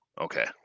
Okay